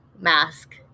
mask